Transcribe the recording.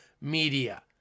media